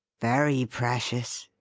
very precious,